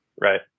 right